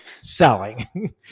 selling